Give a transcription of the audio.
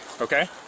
Okay